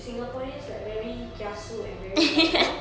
singaporeans like very kiasu and very like you know